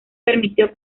permitió